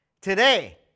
today